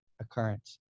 Occurrence